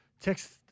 text